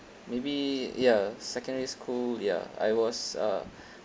maybe ya secondary school ya I was uh